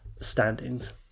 standings